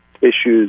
issues